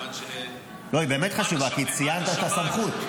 לא, היא באמת חשובה, כי ציינת את הסמכות.